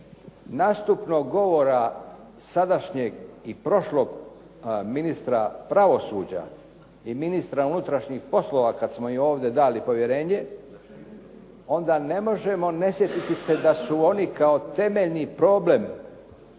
nastupnog govora sadašnjeg i prošlog ministra pravosuđa i ministra unutrašnjih poslova kad smo im ovdje dali povjerenje, onda ne možemo ne sjetiti se da su oni kao temeljni problem